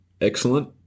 Excellent